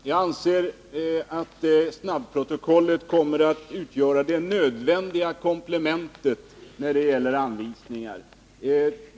Fru talman! Jag anser att snabbprotokollet kommer att utgöra det nödvändiga komplementet när det gäller anvisningar.